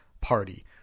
party